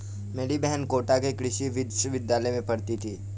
मेरी बहन कोटा के कृषि विश्वविद्यालय में पढ़ती थी